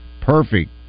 Perfect